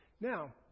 Now